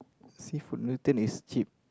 seafood noodle is cheap